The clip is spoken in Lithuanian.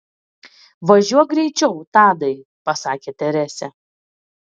važiuok greičiau tadai pasakė teresė